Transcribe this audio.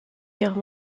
guerre